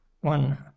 one